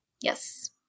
Yes